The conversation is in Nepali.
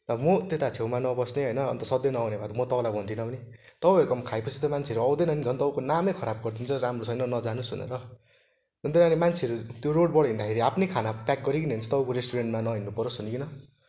र म त्यता छेउमा नबस्ने होइन अन्त सधैँ नआउने भए त म तपाईँलाई भन्ने थिइनँ पनि तपाईँहरूकोमा खाएपछि त मान्छेहरू आउँदैन नि झन् तपाईँको नामै खराब गरिदिन्छ राम्रो छैन नजानुहोस् भनेर अन्त त्यहाँबाट मान्छेहरू त्यो रोडबाट हिँड्दाखेरि आफ्नै खाना प्याक गरिकन हिँड्छ तपाईँको रेस्टुरेन्ट्समा नहिँड्नु परोस् भनिकन